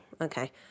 okay